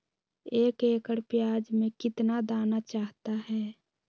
एक एकड़ प्याज में कितना दाना चाहता है?